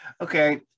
Okay